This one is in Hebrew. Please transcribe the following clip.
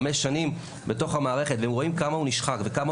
חמש שנים בתוך המערכת ורואים כמה הוא נשחק וכמה